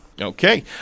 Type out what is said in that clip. Okay